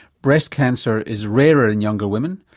breast cancer is rarer in younger women,